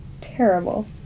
terrible